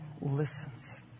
listens